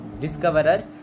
discoverer